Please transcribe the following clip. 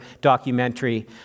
documentary